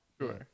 Sure